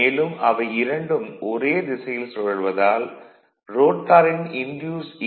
மேலும் அவை இரண்டும் ஒரே திசையில் சுழல்வதால் ரோட்டாரின் இன்டியூஸ்ட் ஈ